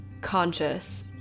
conscious